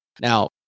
Now